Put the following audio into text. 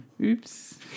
Oops